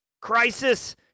Crisis